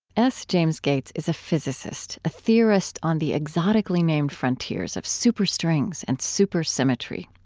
s. james gates is a physicist, a theorist on the exotically named frontiers of superstrings and supersymmetry.